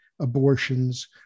abortions